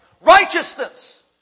righteousness